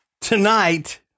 tonight